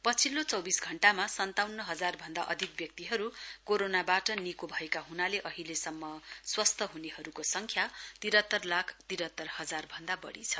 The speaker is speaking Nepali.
पछिल्लो चौविस घण्टामा सन्ताउन्न हजार भन्दा अधिक व्यक्तिहरु कोरोनाबाट निको भएका हुनाले अहिलेसम्म स्वस्थ हुनेहरुको संख्या तिरात्रर लाख तिरात्रर हजार भन्दा बढी छ